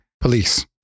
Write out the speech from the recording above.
police